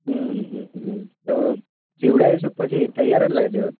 તો સીવડાવીશું કે પછી તૈયાર જ લાવી દેવો છે